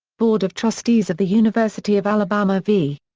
board of trustees of the university of alabama v.